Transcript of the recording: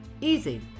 easy